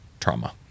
trauma